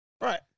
Right